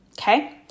Okay